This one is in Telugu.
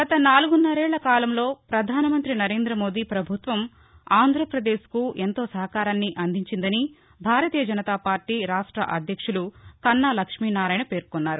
గత నాలుగున్నరేళ్చ కాలంలో పధానమంతి నరేంద మోడీ పభుత్వం ఆంధ్రపదేశ్కు ఎంతో సహకారాన్ని అందించిందని భారతీయ జనత పార్టీ రాష్ట అధ్యక్షుదు కన్నా లక్ష్మీనారాయణ పేర్కొన్నారు